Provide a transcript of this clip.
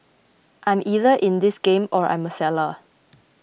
I'm either in this game or I'm a seller